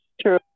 True